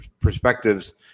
perspectives